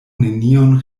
nenion